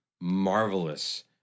marvelous